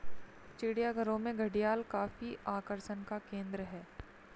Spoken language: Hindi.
चिड़ियाघरों में घड़ियाल काफी आकर्षण का केंद्र है